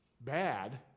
bad